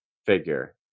figure